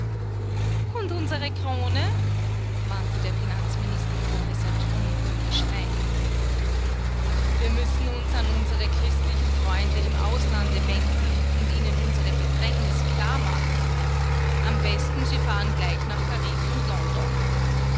und unsere krone wandte der finanzminister professor trumm höhnisch ein wir müssen uns an unsere christlichen freunde im auslande wenden und ihnen unsere bedrängnis klar machen am besten sie fahren gleich nach paris und london